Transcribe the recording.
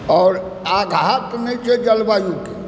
आओर आघात नहि छै जलवायुके